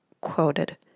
quoted